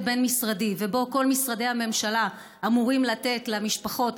בין-משרדי ובו כל משרדי הממשלה אמורים לתת למשפחות,